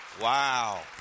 Wow